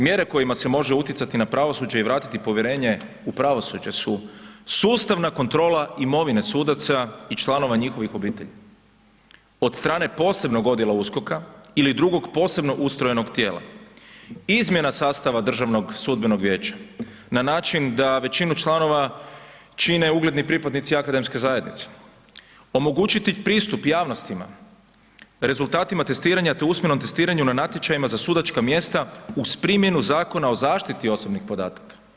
Mjere kojima se može utjecati na pravosuđe i vratiti povjerenje u pravosuđe su sustavna kontrola imovine sudaca i članova njihovih obitelji od strane posebnog odjela USKOK-a ili drugog posebno ustrojenog tijela, izmjena sastava DSV-a na način da većinu članova čine ugledni pripadnici akademske zajednice, omogućiti pristup javnostima rezultatima testiranja te usmenom testiranju na natječajima za sudačka uz izmjenu Zakona o zaštiti osobnih podataka.